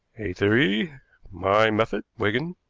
a theory my method, wigan.